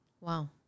Wow